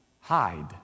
hide